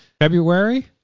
February